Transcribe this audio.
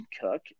cook